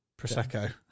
Prosecco